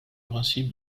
principe